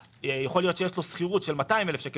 יכול להיות שיש לו שכירות של 200,000 שקל